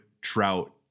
trout